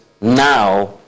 Now